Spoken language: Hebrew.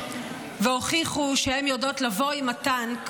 והן הוכיחו שהן יודעות לבוא עם הטנק